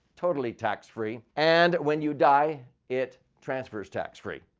totally tax free. and when you die, it transfers tax-free.